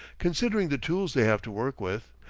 considering the tools they have to work with,